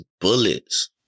bullets